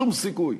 שום סיכוי.